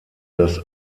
das